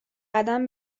قدم